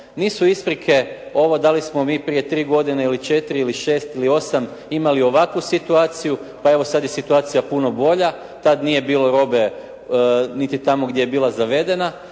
nisu isprike ovo da li smo mi prije tri godine ili četiri ili šest ili osam imali ovakvu situaciju pa evo sada je situacija puno bolja, tada nije bilo robe niti tamo gdje je bila zavedena,